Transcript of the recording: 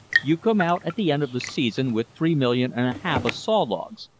you come out at the end of the season with three million and a half of saw logs,